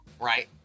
right